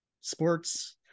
sports